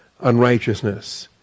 unrighteousness